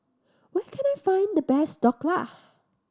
where can I find the best Dhokla